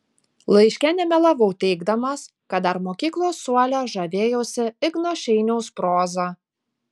laiške nemelavau teigdamas kad dar mokyklos suole žavėjausi igno šeiniaus proza